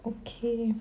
okay